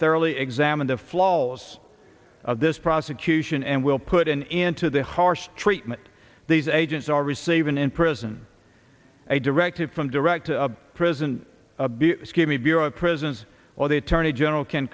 thoroughly examine the flaws of this prosecution and will put an end to the harsh treatment these agents are receiving in prison a directive from direct to prison abuse give me bureau of prisons or the attorney general can